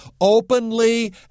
openly